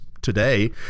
today